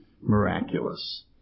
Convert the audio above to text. miraculous